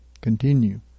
continue